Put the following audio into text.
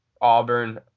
Auburn